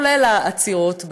כולל העצירות בדרך: